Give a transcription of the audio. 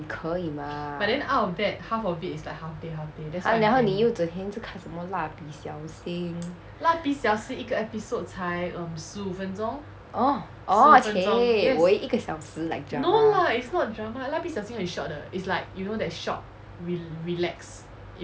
你可以吗然后你又整天看什么蜡笔小新 oh oh !chey! 我以为一个小时 like drama